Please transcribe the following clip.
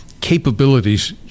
capabilities